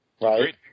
Right